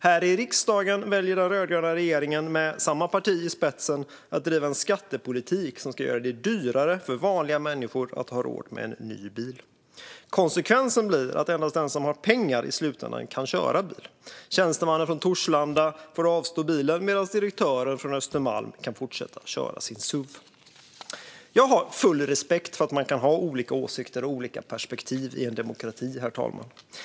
Här i riksdagen väljer den rödgröna regeringen, med samma parti i spetsen, att driva en skattepolitik som ska göra det dyrare för vanliga människor att ha råd med en ny bil. Konsekvensen blir att i slutändan kan endast den som har pengar köra bil. Tjänstemannen från Torslanda får avstå bilen, medan direktören från Östermalm kan fortsätta köra sin suv. Jag har full respekt för att man kan ha olika åsikter och olika perspektiv i en demokrati, herr talman.